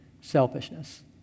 Selfishness